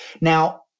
Now